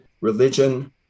religion